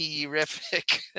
terrific